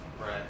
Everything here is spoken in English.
Right